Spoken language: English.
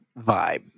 vibe